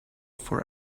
for